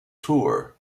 tour